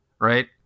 right